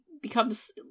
becomes